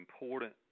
important